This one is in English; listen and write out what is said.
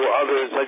others